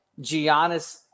Giannis